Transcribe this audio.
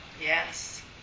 Yes